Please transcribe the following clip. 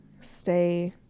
stay